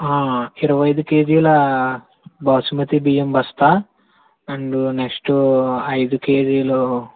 ఆ ఇరవై ఐదు కేజీలా బాసుమతి బియ్యం బస్తా అండ్ నెక్స్ట్ ఐదు కేజీలు